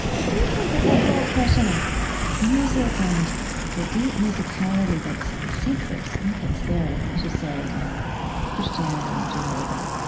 i do think that that whole question of music and the deep musicality that's sacred, right, that's there as you say in christianity and judaism,